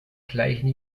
gleichen